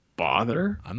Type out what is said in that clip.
Bother